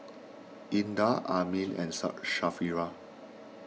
Indah Amrin and